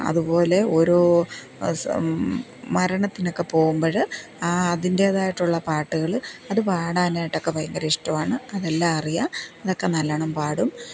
അതുപോലെ ഓരോ മരണത്തിനൊക്കെ പോകുമ്പോള് അതിൻ്റെതായിട്ടുള്ള പാട്ടുകള് അത് പാടാനായിട്ടൊക്കെ ഭയങ്കര ഇഷ്ടമാണ് അതെല്ലാം അറിയാം അതൊക്ക നല്ലോണം പാടും